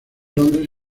londres